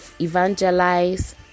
evangelize